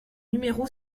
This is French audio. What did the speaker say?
numéro